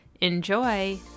Enjoy